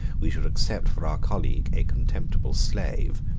we should accept for our colleague a contemptible slave.